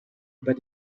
but